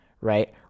right